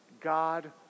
God